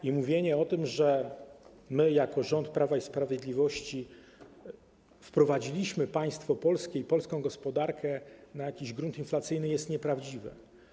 I mówienie o tym, że my jako rząd Prawa i Sprawiedliwości wprowadziliśmy państwo polskie i polską gospodarkę na jakiś grunt inflacyjny, jest nieprawdziwe.